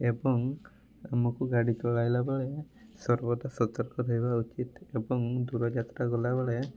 ଏବଂ ଆମକୁ ଗାଡ଼ି ଚଳାଇଲା ବେଳେ ସର୍ବଦା ସତର୍କ ରହିବା ଉଚିତ୍ ଏବଂ ଦୂର ଯାତ୍ରା ଗଲା ବେଳେ